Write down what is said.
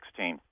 2016